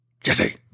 Jesse